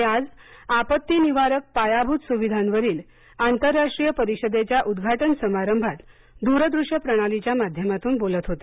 ते आज आपत्ती निवारक पायाभूत सुविधांवरील आंतरराष्ट्रीय परिषदेच्या उद्घाटन समारंभात दूर दृश्य प्रणालीच्या माध्यमातून बोलत होते